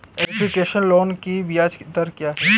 Education loan की ब्याज दर क्या है?